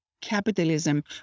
Capitalism